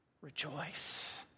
Rejoice